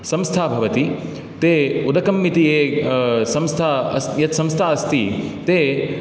संस्था भवति ते उदकम् इति ये संस्था अस् यत् संस्था अस्ति ते